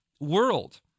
world